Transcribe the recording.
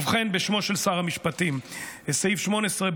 ובכן, בשמו של שר המשפטים: סעיף 18ב(ו)